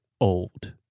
old